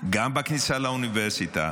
גם בכניסה לאוניברסיטה,